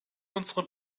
unsere